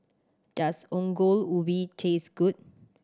does Ongol Ubi taste good